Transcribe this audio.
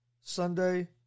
Sunday